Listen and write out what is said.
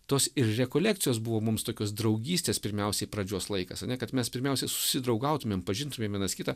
tos ir rekolekcijos buvo mums tokios draugystės pirmiausiai pradžios laikas ar ne kad mes pirmiausia susidraugautumėm pažintumėm vienas kitą